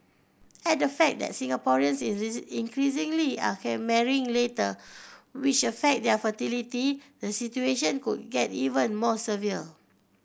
add the fact that Singaporeans increasingly are marrying later which affects their fertility the situation could get even more severe